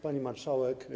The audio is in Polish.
Pani Marszałek!